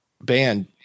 band